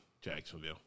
Jacksonville